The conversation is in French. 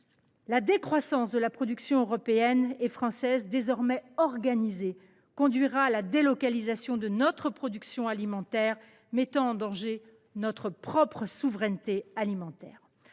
La décroissance de la production européenne et française, désormais organisée, conduira à la délocalisation de notre production alimentaire et à la mise en danger de notre propre souveraineté. Ensuite,